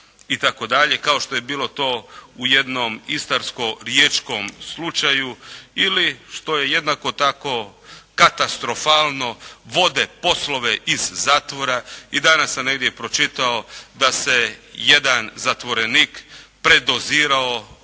kao što je bilo to u jednom istarskom riječkom slučaju ili što je jednako tako katastrofalno, vode poslove iz zatvora. I danas sam negdje pročitao da se jedan zatvorenik predozirao